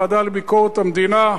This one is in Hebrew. הוועדה לביקורת המדינה,